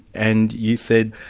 and you said,